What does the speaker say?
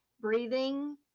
breathing